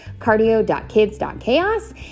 cardio.kids.chaos